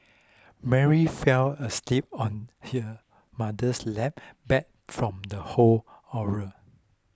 Mary fell asleep on her mother's lap beat from the whole horror